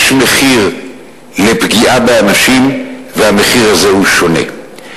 יש מחיר לפגיעה באנשים, והמחיר הזה הוא שונה.